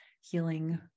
healing